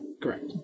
Correct